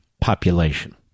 population